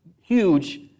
huge